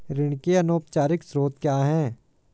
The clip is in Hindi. ऋण के अनौपचारिक स्रोत क्या हैं?